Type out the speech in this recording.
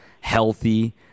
healthy